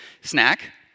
snack